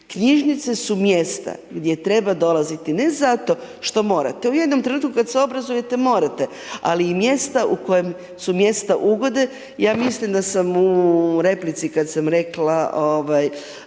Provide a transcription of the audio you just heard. Knjižnice su mjesta gdje treba dolaziti, ne zato što morate, u jednom trenutku kad se obrazujete, morate, ali i mjesta u kojem su mjesta ugode. Ja mislim da sam u replici kad sam rekla